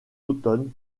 automne